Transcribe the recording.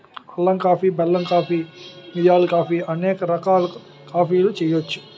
అల్లం కాఫీ బెల్లం కాఫీ మిరియాల కాఫీ అనేక రకాలుగా కాఫీ చేయొచ్చు